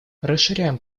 расширяем